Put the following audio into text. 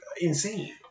insane